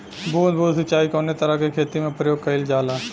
बूंद बूंद सिंचाई कवने तरह के खेती में प्रयोग कइलजाला?